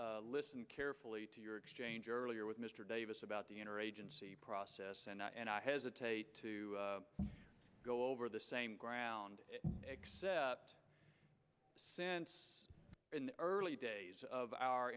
listened carefully to your exchange earlier with mr davis about the inner agency process and i hesitate to go over the same ground except since in the early days of our